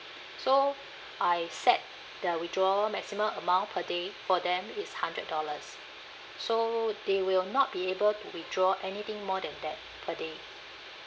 so I set the withdraw maximum amount per day for them is hundred dollars so they will not be able to withdraw anything more than that per day